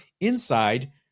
inside